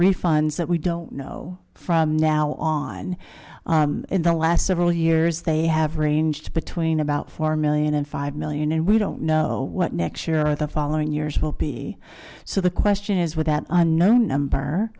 refunds that we don't know from now on in the last several years they have ranged between about four million and five million and we don't know what next year or the following years will be so the question is with that unknown number